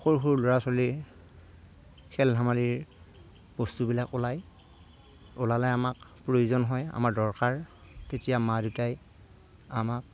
সৰু সৰু ল'ৰা ছোৱালীৰ খেল ধেমালীৰ বস্তুবিলাক ওলায় ওলালে আমাক প্ৰয়োজন হয় আমাৰ দৰকাৰ তেতিয়া মা দেউতাই আমাক